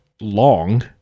long